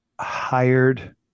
hired